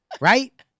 right